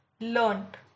learned